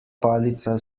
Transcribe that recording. palica